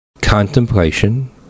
Contemplation